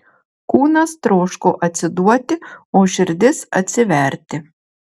kūnas troško atsiduoti o širdis atsiverti